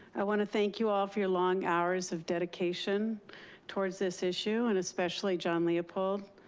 i want to thank you all for your long hours of dedication towards this issue, and especially john leopold,